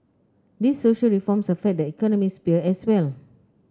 these social reforms affect the economic sphere as well